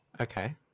Okay